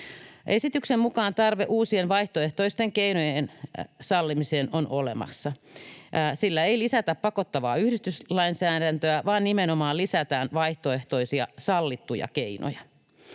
Esityksen mukaan tarve uusien vaihtoehtoisten keinojen sallimiseen on olemassa. Sillä ei lisätä pakottavaa yhdistyslainsäädäntöä vaan nimenomaan lisätään vaihtoehtoisia sallittuja keinoja.